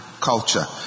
culture